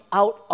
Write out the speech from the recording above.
out